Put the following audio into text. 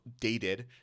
dated –